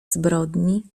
zbrodni